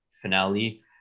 finale